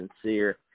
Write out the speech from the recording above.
sincere